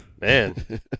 Man